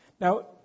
Now